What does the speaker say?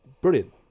brilliant